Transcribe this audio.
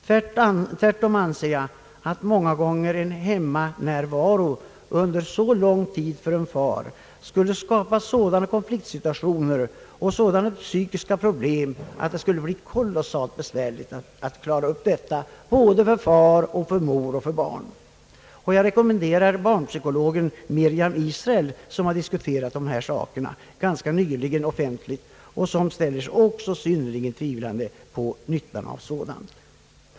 Tvärtom anser jag att många gånger en hemmanärvaro under lång tid för en sådan far skulle skapa konfliktsituationer och psykiska problem av långt ifrån lätt karaktär både för far, för mor och för barn. Den kända barnpsykologen Mirjam Israel har diskuterat dessa saker, och hon ställer sig synnerligen tvivlande till nyttan av alltför mycken samvaro i familjen.